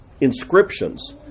inscriptions